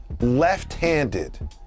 left-handed